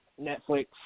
Netflix